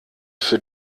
für